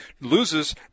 loses